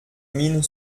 mine